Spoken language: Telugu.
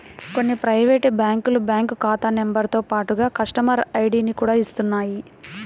కొన్ని ప్రైవేటు బ్యాంకులు బ్యాంకు ఖాతా నెంబరుతో పాటుగా కస్టమర్ ఐడిని కూడా ఇస్తున్నాయి